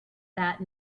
that